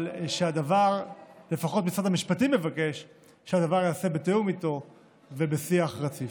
אבל לפחות משרד המשפטים מבקש שהדבר ייעשה בתיאום איתו ובשיח רציף.